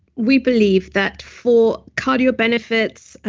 we believe that for cardio benefits,